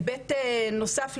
היבט נוסף,